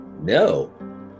No